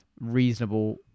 reasonable